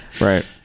Right